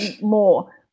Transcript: more